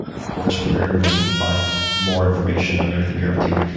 of course, where everyone can find more information on everything you're up to.